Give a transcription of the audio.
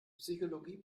psychologie